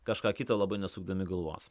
kažką kita labai nesukdami galvos